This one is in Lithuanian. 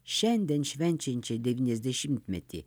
šiandien švenčiančią devyniasdešimtmetį